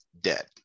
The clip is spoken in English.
dead